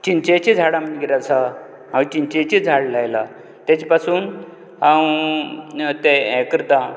चिंचेचें झाड आमगेर आसा चिंचेचें झाड लायला तेजे पासून हांव तें हें करता